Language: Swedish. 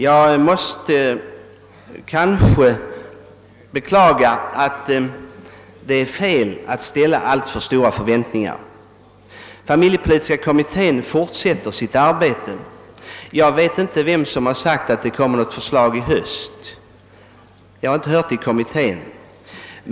Jag måste beklaga att det är fel att hysa alltför stora förhoppningar. Familjepolitiska kommittén fortsätter sitt arbete. Jag vet inte vem som har sagt att det kommmer ett förslag i höst — jag har inte hört det i kommittén.